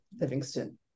Livingston